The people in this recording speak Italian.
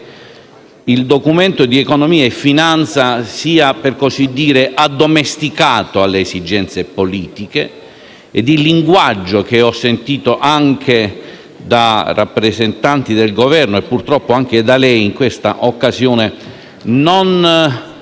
il Documento di economia e finanza sia, per così dire, addomesticato alle esigenze politiche e il linguaggio, che ho ascoltato da rappresentanti del Governo e purtroppo anche da lei in questa occasione, non